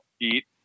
eat